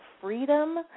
freedom